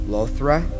Lothra